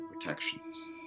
protections